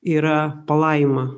yra palaima